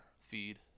feed